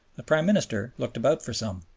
the prime minister looked about for some.